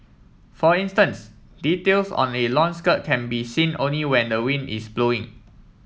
for instance details on a long skirt can be seen only when the wind is blowing